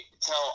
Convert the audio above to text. tell